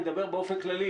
אני מדבר באופן כללי,